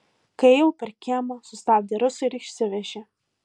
kai ėjau per kiemą sustabdė rusai ir išsivežė